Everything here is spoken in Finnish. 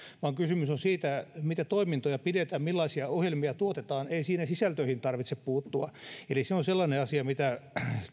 vaan kysymys on siitä mitä toimintoja pidetään millaisia ohjelmia tuotetaan ei siinä sisältöihin tarvitse puuttua eli se on sellainen asia mitä